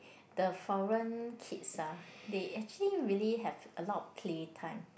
the foreign kids ah they actually really have a lot of play time